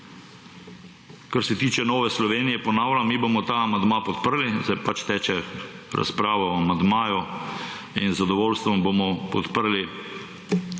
Kar se tiče Nove Slovenije, ponavljam, mi bomo ta amandma podprli, zdaj pač teče razprava o amandmaju in z zadovoljstvom bomo podprli